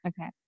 Okay